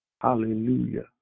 Hallelujah